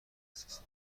خسیسه